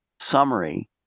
summary